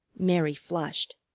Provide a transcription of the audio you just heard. mary flushed.